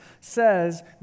says